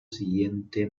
siguiente